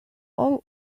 all